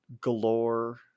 galore